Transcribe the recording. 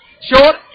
Short